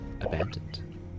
abandoned